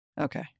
Okay